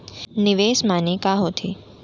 निवेश माने का होथे?